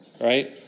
right